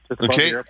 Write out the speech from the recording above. Okay